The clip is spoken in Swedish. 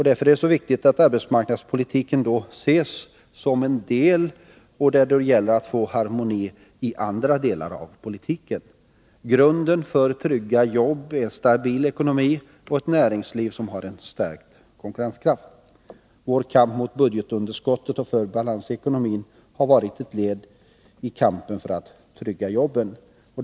Därför är det så viktigt att arbetsmarknadspolitiken ses som en del och att det gäller att få harmoni i andra delar av politiken. Grunden för trygga jobb är stabil ekonomi och ett näringsliv som har en stark konkurrenskraft. Vår kamp mot budgetunderskottet och för balans i ekonomin har varit ett led i kampen för att trygga jobben.